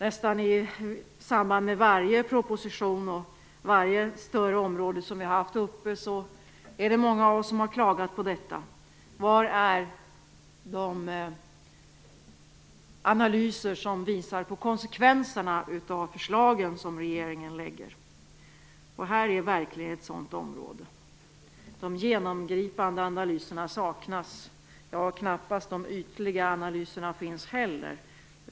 Nästan i samband med varje proposition och varje större område som vi diskuterat har många klagat på detta. Var är de analyser som visar konsekvenserna av de förslag som regeringen lägger fram? Här är verkligen ett sådant område. De genomgripande analyserna saknas. Knappast finns det ytliga analyser heller.